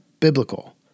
biblical